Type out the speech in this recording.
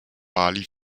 bali